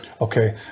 Okay